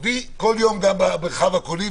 היא כל היום במרחב הקולי,